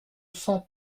sens